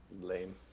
lame